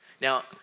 Now